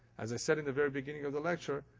as i said in the very beginning of the lecture,